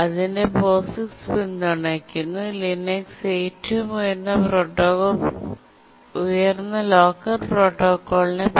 ഇതിനെ POSIX പിന്തുണയ്ക്കുന്നു Linux ഏറ്റവും ഉയർന്ന ലോക്കർ പ്രോട്ടോക്കോളിനെlocker protocol